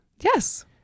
Yes